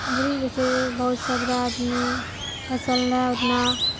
भुलि जेतै बहुत सबरे आदमी फसल नहि उतना